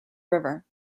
river